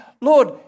Lord